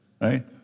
Right